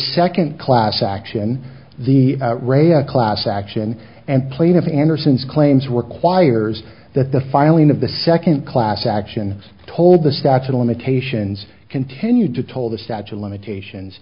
second class action the class action and plaintiff anderson's claims requires that the filing of the second class action told the statute of limitations continued to toll the statue of limitations